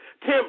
Tim